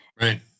Right